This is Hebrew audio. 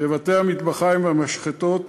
בבתי-המטבחיים והמשחטות.